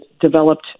developed